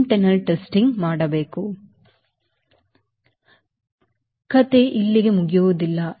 ಕಥೆ ಇಲ್ಲಿಗೆ ಮುಗಿಯುವುದಿಲ್ಲ